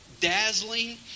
dazzling